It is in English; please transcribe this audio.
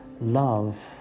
Love